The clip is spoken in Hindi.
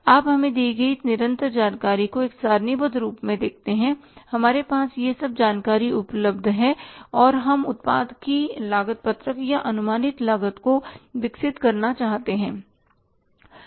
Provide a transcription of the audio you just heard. आप हमें दी गई निरंतर जानकारी को एक सारणीबद्ध रूप में देखते हैं कि हमारे पास यह सब जानकारी उपलब्ध है और हम उत्पाद की लागत पत्रक या अनुमानित लागत को विकसित करना चाहते हैं